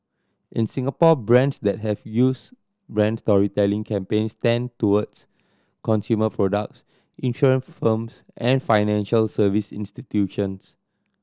in Singapore brands that have used brand storytelling campaigns tend towards consumer products insurance firms and financial service institutions